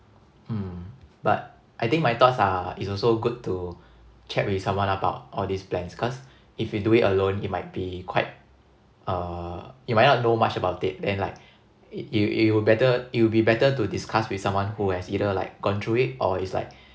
mm but I think my thoughts are it's also good to check with someone about all these plans cause if you do it alone it might be quite uh you might not know much about it then like it it will be better it'll be better to discuss with someone who has either like gone through it or is like